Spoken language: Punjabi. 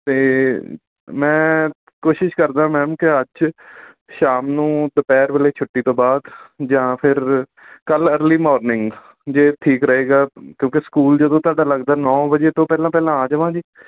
ਅਤੇ ਮੈਂ ਕੋਸ਼ਿਸ਼ ਕਰਦਾ ਮੈਮ ਕਿ ਅੱਜ ਸ਼ਾਮ ਨੂੰ ਦੁਪਹਿਰ ਵੇਲੇ ਛੁੱਟੀ ਤੋਂ ਬਾਅਦ ਜਾਂ ਫਿਰ ਕੱਲ੍ਹ ਅਰਲੀ ਮੌਰਨਿੰਗ ਜੇ ਠੀਕ ਰਹੇਗਾ ਕਿਉਂਕਿ ਸਕੂਲ ਜਦੋਂ ਤੁਹਾਡਾ ਲੱਗਦਾ ਨੌ ਵਜੇ ਤੋਂ ਪਹਿਲਾਂ ਪਹਿਲਾਂ ਆ ਜਾਵਾਂ ਜੀ